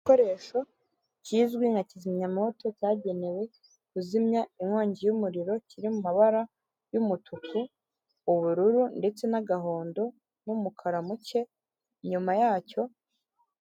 Igikoresho kizwi nka kizimyamoto cyagenewe kuzimya inkongi y'umuriro, kiri mu mabara y'umutuku, ubururu ndetse n'agahondo n'umukara muke, inyuma yacyo